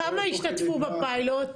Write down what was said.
כמה השתתפו בפיילוט?